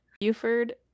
Buford